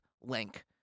link